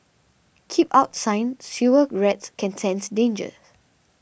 keep out sign sewer rats can sense dangers